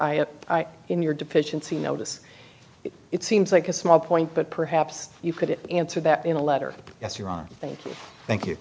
eye in your deficiency notice it seems like a small point but perhaps you could answer that in a letter yes your honor thank you